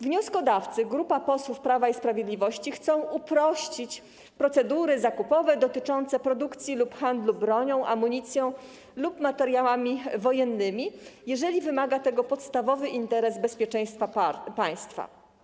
Wnioskodawcy, tj. grupa posłów Prawa i Sprawiedliwości, chcą uprościć procedury zakupowe dotyczące produkcji lub handlu bronią, amunicją lub materiałami wojennymi, jeżeli wymaga tego podstawowy interes bezpieczeństwa państwa.